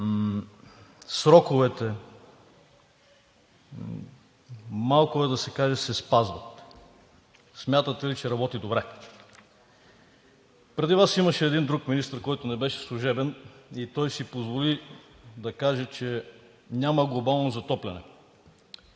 сроковете, малко е да се каже, се спазват? Смятате ли, че работи добре? Преди Вас имаше един друг министър, който не беше служебен, и той си позволи да каже, че няма глобално затопляне.